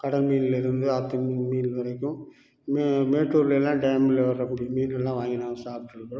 கடல் மீனுலேருந்து ஆற்று மீன் உயிர் மீன் வரைக்கும் மே மேட்டூர்லெல்லாம் டேமில் வரக்கூடிய மீன்கள்லாம் வாங்கி நாங்கள் சாப்பிட்டுருக்குறோம்